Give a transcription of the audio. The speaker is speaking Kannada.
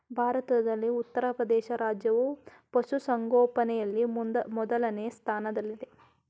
ಭಾರತದಲ್ಲಿ ಉತ್ತರಪ್ರದೇಶ ರಾಜ್ಯವು ಪಶುಸಂಗೋಪನೆಯಲ್ಲಿ ಮೊದಲನೇ ಸ್ಥಾನದಲ್ಲಿದೆ